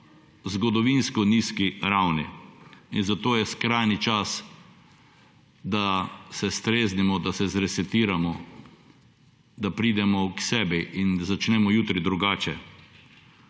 zgodovinsko nizki ravni; zato je skrajni čas, da se streznimo, da se zresetiramo, da pridemo k sebi in da začnemo jutri drugače.